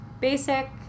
basic